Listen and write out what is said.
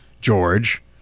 George